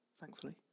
Thankfully